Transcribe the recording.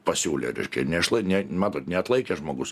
pasiūlė reiškia neišlai ne matot neatlaikė žmogus